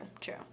true